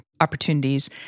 opportunities